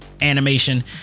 animation